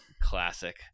Classic